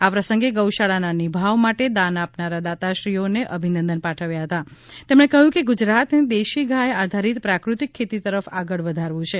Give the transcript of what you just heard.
આ પ્રસંગે ગૌ શાળાના નિભાવ માટે દાન આપનાર દાતાશ્રીઓને અભિનંદન પાઠવ્યાં હતા તેમણે કહ્યું કે ગુજરાતને દેશી ગાય આધારીત પ્રાકૃતિક ખેતી તરફ આગળ વધારવું છે